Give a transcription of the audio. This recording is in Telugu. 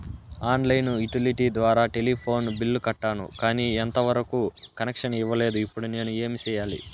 ఆన్ లైను యుటిలిటీ ద్వారా టెలిఫోన్ బిల్లు కట్టాను, కానీ ఎంత వరకు కనెక్షన్ ఇవ్వలేదు, ఇప్పుడు నేను ఏమి సెయ్యాలి?